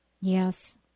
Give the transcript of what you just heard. Yes